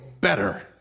better